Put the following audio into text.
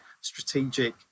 strategic